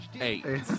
Eight